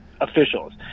officials